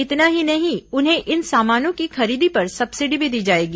इतना ही नहीं उन्हें इन सामानों की खरीदी पर सब्सिडी भी दी जाएगी